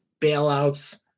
bailouts